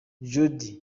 jody